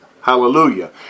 Hallelujah